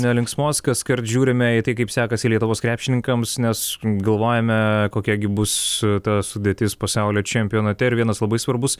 nelinksmos kaskart žiūrime į tai kaip sekasi lietuvos krepšininkams nes galvojame kokia gi bus ta sudėtis pasaulio čempionate ir vienas labai svarbus